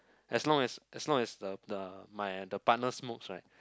as long as as long as the the my the partner smoke right